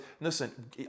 Listen